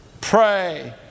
pray